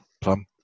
Plum